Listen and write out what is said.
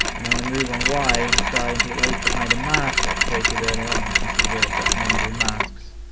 and i'm gonna move on y and this guy until it goes behind a mask i've created earlier on you can see here i've got the and number of masks.